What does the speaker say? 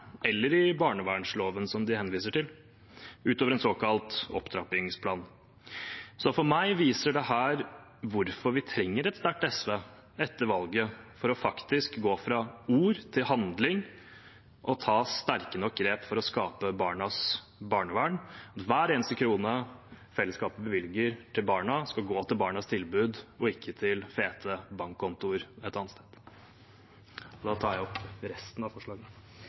eller i barnevernsloven, som de henviser til – utover en såkalt opptrappingsplan. For meg viser dette hvorfor vi trenger et sterkt SV etter valget, for faktisk å gå fra ord til handling og ta sterke nok grep for å skape barnas barnevern. Hver eneste krone fellesskapet bevilger til barna, skal gå til barnas tilbud og ikke til fete bankkontoer et annet sted. Jeg tar opp resten av SVs forslag. Representanten Freddy André Øvstegård har tatt opp de forslagene